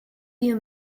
you